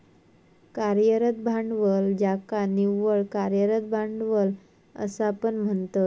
कार्यरत भांडवल ज्याका निव्वळ कार्यरत भांडवल असा पण म्हणतत